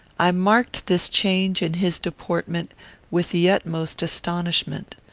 i marked this change in his deportment with the utmost astonishment.